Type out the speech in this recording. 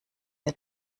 der